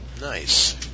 Nice